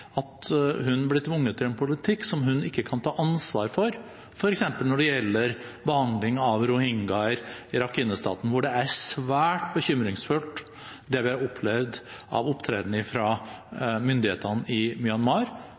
at hun blir tvunget til en politikk som hun ikke kan ta ansvar for, f.eks. når det gjelder behandling av rohingyaer i Rakhine-staten, hvor det er svært bekymringsfullt det vi har opplevd av opptreden fra myndighetene i Myanmar,